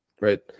right